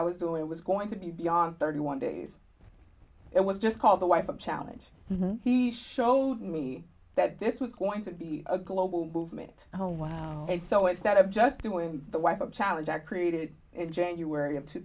i was doing was going to be beyond thirty one days it was just called the wife of challenge and he showed me that this was going to be a global movement a so instead of just doing the wife of challenge i created in january of two